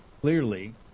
clearly